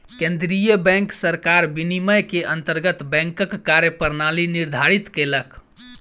केंद्रीय बैंक सरकार विनियम के अंतर्गत बैंकक कार्य प्रणाली निर्धारित केलक